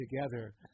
together